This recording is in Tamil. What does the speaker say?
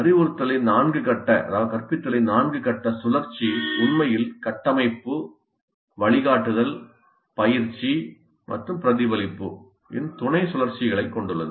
அறிவுறுத்தலின் நான்கு கட்ட சுழற்சி உண்மையில் கட்டமைப்பு வழிகாட்டுதல் பயிற்சி மற்றும் பிரதிபலிப்பு இன் துணை சுழற்சியைக் கொண்டுள்ளது